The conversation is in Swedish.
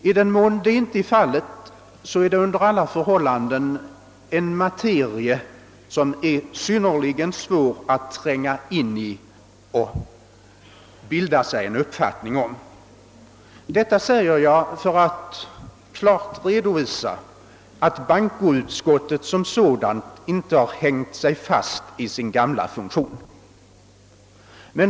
I den mån så inte är fallet är det under alla förhållanden frågor som är synnerligen svåra att tränga in i och bilda sig en uppfattning om, Detta säger jag för att klart redovisa att det inte är bankoutskottet som sådant som önskat hålla fast vid sin gamla funktion.